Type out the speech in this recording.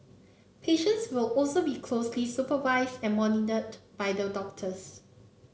patients will also be closely supervised and monitored by the doctors